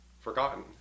forgotten